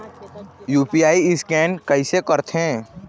UPI scan कइसे करथे?